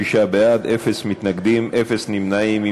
26 בעד, אין מתנגדים, אין נמנעים.